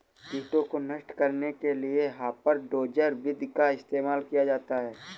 कीटों को नष्ट करने के लिए हापर डोजर विधि का इस्तेमाल किया जाता है